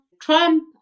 Trump